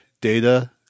Data